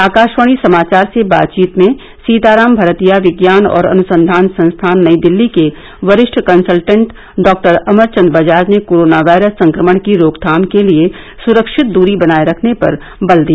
आकाशवाणी समाचार से बातचीत में सीताराम भरतिया विज्ञान और अनुसंघान संस्थान नई दिल्ली के वरिष्ठ कंसलटेंट डॉक्टर अमरचंद बजाज ने कोरोना वायरस संक्रमण की रोकथाम के लिए सुरक्षित दूरी बनाये रखने पर बल दिया